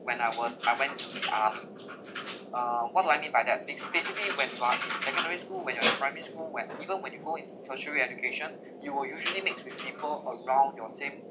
when I was I went to the ah uh what do I mean by that bas~ bas~ basically when I secondary school when I was in primary school when even when you go into tertiary education you will usually mix with people of around your same